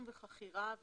חכירה.